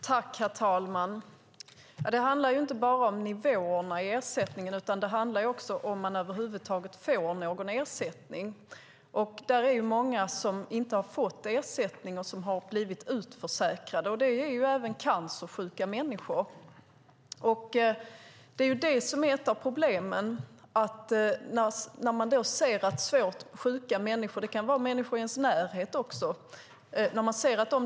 Herr talman! Det handlar inte bara om nivåerna i ersättningen. Det gäller också om man över huvud taget får någon ersättning. Det är många som inte har fått ersättning och som har blivit utförsäkrade. Det gäller även cancersjuka människor. Det är ett av problemen när man ser att svårt sjuka människor inte får ersättning och blir utförsäkrade.